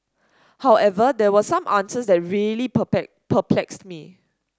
however there were some answers that really perplexed me